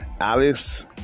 Alex